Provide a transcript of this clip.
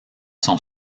sont